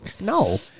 No